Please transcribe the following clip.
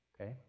Okay